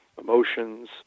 emotions